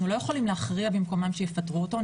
אנחנו לא יכולים להכריע במקומם שיפטרו אותו.